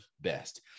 best